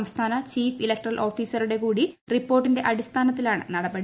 സംസ്ഥാന chief electoral ഓഫീസറുടെ കൂടി റിപ്പോർട്ടിന്റെ അടിസ്ഥാനത്തിലാണ് നടപടി